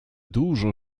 dużo